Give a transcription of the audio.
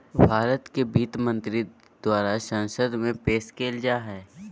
भारत के वित्त मंत्री द्वारा संसद में पेश कइल जा हइ